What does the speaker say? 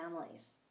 families